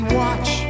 watch